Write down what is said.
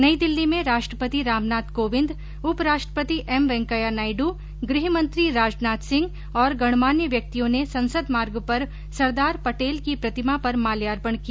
नई दिल्ली में राष्ट्रपति रामनाथ ने कोविंद उपराष्ट्रपति एम वैंकैया नायडू गृहमंत्री राजनाथ सिंह और गणमान्य व्यक्तियों ने संसद मार्ग पर सरदार पटेल की प्रतिमा पर माल्यार्पण किया